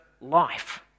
life